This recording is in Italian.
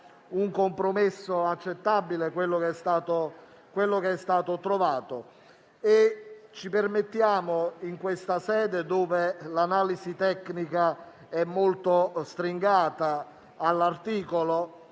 un compromesso accettabile quello che è stato trovato e ci permettiamo, in questa sede, dove l'analisi tecnica all'articolo